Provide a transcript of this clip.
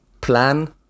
plan